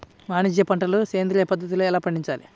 వాణిజ్య పంటలు సేంద్రియ పద్ధతిలో ఎలా పండించాలి?